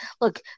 look